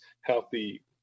healthy